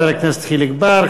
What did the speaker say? תודה לחבר הכנסת חיליק בר.